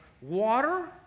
water